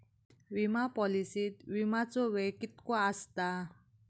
विमा पॉलिसीत विमाचो वेळ कीतको आसता?